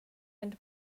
and